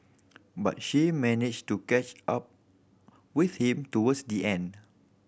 but she managed to catch up with him towards the end